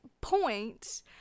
point